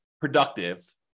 productive